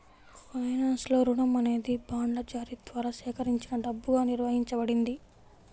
ఫైనాన్స్లో, రుణం అనేది బాండ్ల జారీ ద్వారా సేకరించిన డబ్బుగా నిర్వచించబడింది